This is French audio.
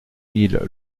mille